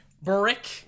Brick